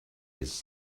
his